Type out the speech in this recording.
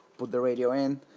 put the radio in.